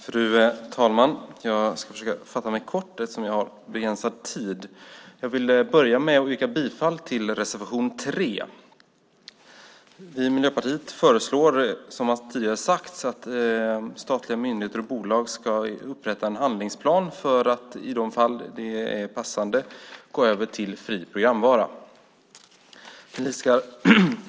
Fru talman! Jag ska försöka fatta mig kort, eftersom jag har begränsad tid. Jag vill börja med att yrka bifall till reservation 3. Vi i Miljöpartiet föreslår som tidigare sagts att statliga myndigheter och bolag ska upprätta en handlingsplan för att i de fall det är passande gå över till fri programvara.